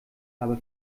aber